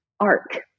arc